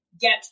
get